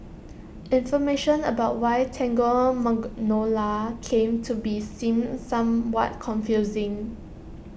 information about why Tango Magnolia came to be seems somewhat confusing